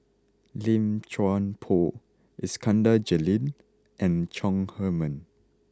Lim Chuan Poh Iskandar Jalil and Chong Heman